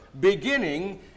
beginning